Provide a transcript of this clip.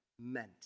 meant